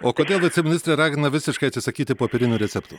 o kodėl viceministrė ragina visiškai atsisakyti popierinių receptų